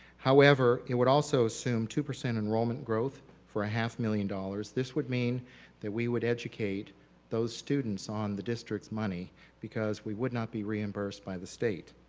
however, it will also assumed two percent enrollment growth for half million dollars. this would mean that we would educate those students on the district's money because we would not be reimbursed by the state.